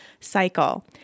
cycle